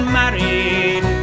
married